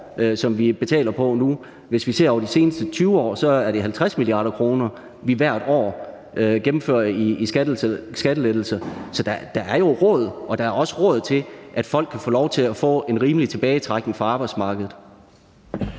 som vi betaler på nu, og hvis vi ser over de seneste 20 år, er det 50 mia. kr., vi hvert år giver i skattelettelser. Så der er jo råd, og der er også råd til, at folk kan få lov til at få en rimelig tilbagetrækning fra arbejdsmarkedet.